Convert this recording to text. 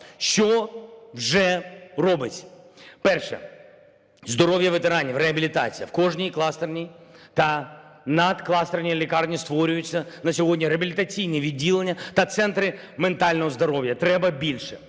Що вже робиться? Перше. Здоров'я ветеранів, реабілітація. В кожній кластерній та надкластерній лікарні створюються на сьогодні реабілітаційні відділення та центри метального здоров'я. Треба більше.